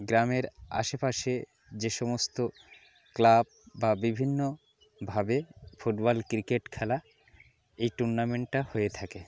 গ্রামের আশেপাশে যে সমস্ত ক্লাব বা বিভিন্নভাবে ফুটবল ক্রিকেট খেলা এই টুর্নামেন্টটা হয়ে থাকে